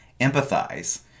empathize